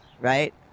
right